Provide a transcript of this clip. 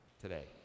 today